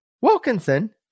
Wilkinson